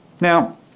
Now